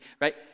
right